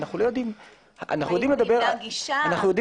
אם שמים